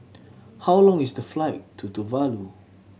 how long is the flight to Tuvalu